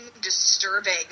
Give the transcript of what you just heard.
disturbing